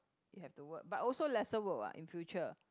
you have to work but also lesser work what in future